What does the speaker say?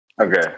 Okay